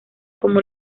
como